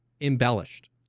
embellished